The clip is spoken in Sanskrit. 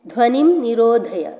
ध्वनिं निरोधय